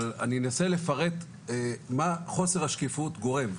אבל אני אנסה לפרט מה חוסר השקיפות גורם.